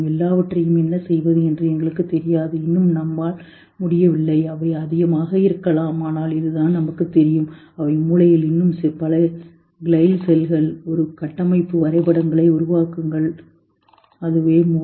எல்லாவற்றையும் என்ன செய்வது என்று எங்களுக்குத் தெரியாது இன்னும் நம்மால் முடியவில்லை அவை அதிகமாக இருக்கலாம் ஆனால் இதுதான் நமக்குத் தெரியும் அவை மூளையில் இன்னும் பல கிளைல் செல்கள் ஒரு கட்டமைப்பு வரைபடங்களை உருவாக்குங்கள் மூளை